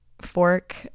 Fork